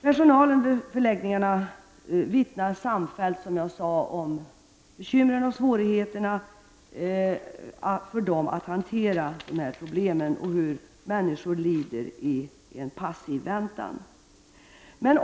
Personalen på förläggningarna vittnar samfällt om bekymren och svårigheterna att hantera problemen och om hur människorna lider i en passiv väntan.